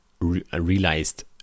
realized